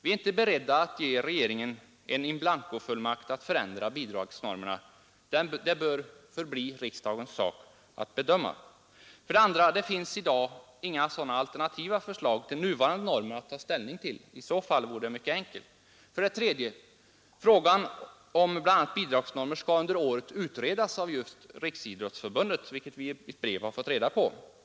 Vi är inte beredda att ge regeringen en fullmakt in blanco att ändra bidragsnormerna; detta bör förbli riksdagens sak att bedöma. 2. Det finns inga alternativa förslag till normer att ta ställning till — i annat fall vore det mycket enkelt. 3. Frågan om bl.a. bidragsnormer skall under året utredas av Riksidrottsförbundet, vilket vi i ett brev har fått reda på.